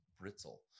brittle